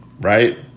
right